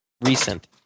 recent